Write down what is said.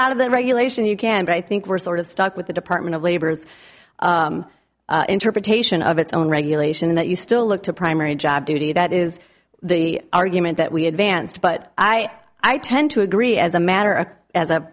out of that regulation you can but i think we're sort of stuck with the department of labor's interpretation of its own regulation that you still look to primary job duty that is the argument that we advanced but i i tend to agree as a matter of as a